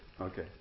Okay